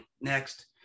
Next